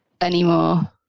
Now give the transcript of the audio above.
anymore